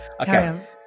Okay